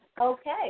Okay